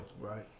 Right